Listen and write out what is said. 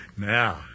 Now